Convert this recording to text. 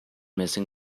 missing